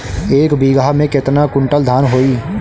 एक बीगहा में केतना कुंटल धान होई?